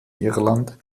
irland